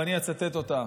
ואני אצטט אותה: